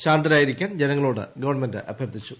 ശാന്തരായിരിക്കാൻ ജനങ്ങളോട് ഗവൺമെന്റ് അഭ്യർത്ഥിച്ചു